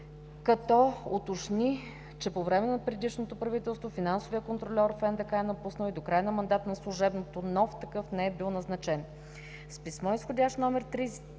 като уточни, че по време на предишното правителство финансовият контрольор в НДК е напуснал и до края на мандата на служебното правителство нов такъв не е бил назначен. С писмо изх., №